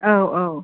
औ औ